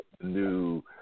new